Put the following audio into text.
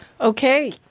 Okay